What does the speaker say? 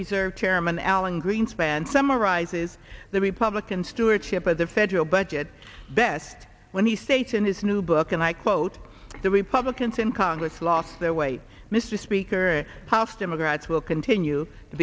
reserve chairman alan greenspan summarizes the republican stewardship of the federal budget best when he states in his new book and i quote the republicans in congress lost their way mr speaker house democrats will continue to